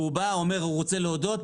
הוא בא ואומר שהוא רוצה להודות,